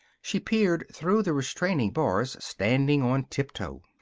she peered through the restraining bars, standing on tiptoe.